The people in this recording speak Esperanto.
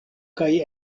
kaj